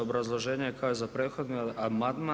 Obrazloženje je kao i za prethodni amandman.